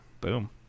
boom